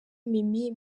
mimi